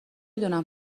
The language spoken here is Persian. دونم